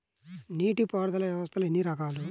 నీటిపారుదల వ్యవస్థలు ఎన్ని రకాలు?